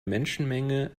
menschenmenge